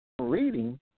Reading